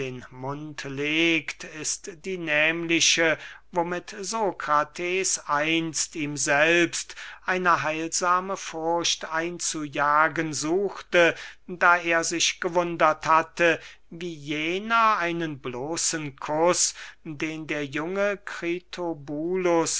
mund legt ist die nehmliche womit sokrates einst ihm selbst eine heilsame furcht einzujagen suchte da er sich gewundert hatte wie jener einen bloßen kuß den der junge